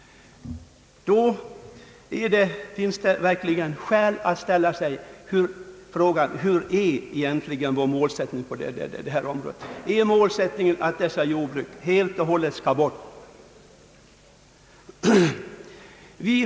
Då är det alla skäl att ställa sig frågan: Vilken är egentligen målsättningen på detta område? Är målsättningen att deltidsjordbruket helt och hållet skall bort?